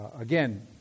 Again